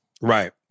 Right